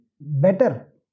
better